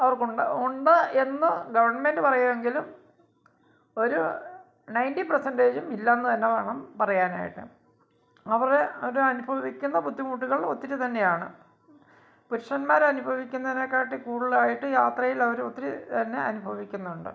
അവർക്ക് ഉണ്ട് ഉണ്ട് എന്ന് ഗവണ്മെന്റ് പറയോങ്കിലും ഒരു നയന്റി പേഴ്സന്റെജും ഇല്ലന്ന് തന്നെവേണം പറയാൻ ആയിട്ട് അവരെ അവരനുഭവിക്കുന്ന ബുദ്ധിമുട്ടുകൾ ഒത്തിരി തന്നെയാണ് പുരുഷന്മാർ അനുഭവിക്കുന്നതിനെ കാട്ടി കൂടുതലായിട്ട് യാത്രയിൽ അവർ ഒത്തിരി തന്നെ അനുഭവിക്കുന്നുണ്ട്